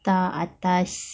letak atas